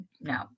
No